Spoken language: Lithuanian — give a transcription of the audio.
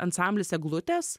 ansamblis eglutės